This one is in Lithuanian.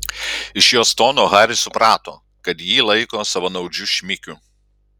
iš jos tono haris suprato kad jį laiko savanaudžiu šmikiu